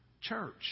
church